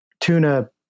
tuna